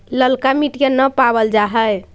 ललका मिटीया न पाबल जा है?